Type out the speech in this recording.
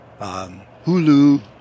Hulu